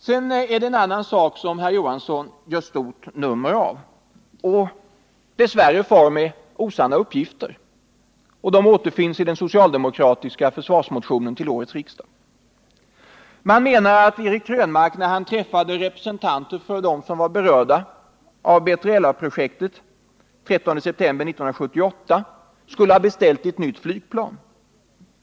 Sedan är det en annan sak som Hilding Johansson gör stort nummer av, och dess värre far han med osanna uppgifter, vilka också återfinns i den socialdemokratiska försvarsmotionen till årets riksdag. Man menar att Eric Krönmark när han träffade representanter för dem som var berörda av B3LA-projektet den 13 september 1978 skulle ha beställt ett nytt flygplan.